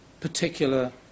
particular